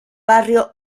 barrio